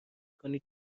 کنید